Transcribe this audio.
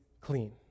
clean